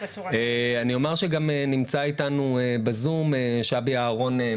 אני אומר שגם נמצא איתנו בזום שבי אהרון,